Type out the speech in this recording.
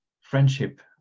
friendship